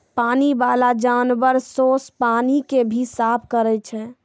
पानी बाला जानवर सोस पानी के भी साफ करै छै